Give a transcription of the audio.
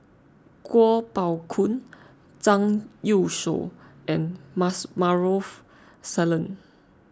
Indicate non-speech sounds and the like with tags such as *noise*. Kuo Pao Kun Zhang Youshuo and *unintelligible* Maarof Salleh